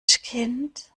kind